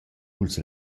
culs